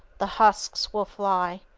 the husks will fly.